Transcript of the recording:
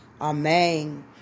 Amen